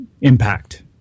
impact